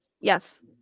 yes